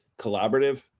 collaborative